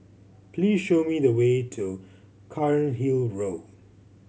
please show me the way to Cairnhill Road